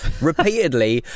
Repeatedly